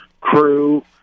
crew